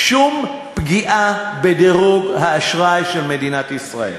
שום פגיעה בדירוג האשראי של מדינת ישראל,